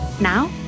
Now